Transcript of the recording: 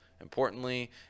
importantly